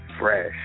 fresh